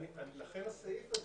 לכן הסעיף הזה,